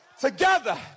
together